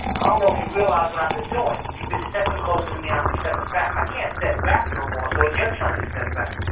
i don't know if you realize what i've been doin'. you've been steppin' closer to me. i've been steppin' back. i can't step back no more. so it's your turn to step back.